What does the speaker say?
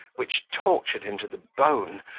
which tortured him to the bone,